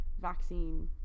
vaccine